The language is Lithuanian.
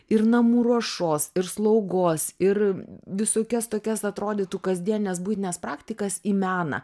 ir namų ruošos ir slaugos ir visokias tokias atrodytų kasdienes buitines praktikas į meną